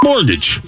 Mortgage